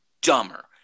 dumber